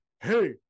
Hey